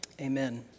Amen